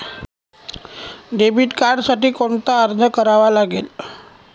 Debit कार्डसाठी कोणता अर्ज करावा लागेल?